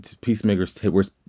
Peacemaker's